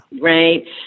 right